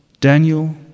Daniel